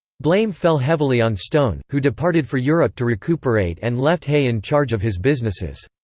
blame fell heavily on stone, who departed for europe to recuperate and left hay in charge of his businesses.